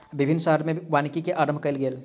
विभिन्न शहर में वानिकी के आरम्भ कयल गेल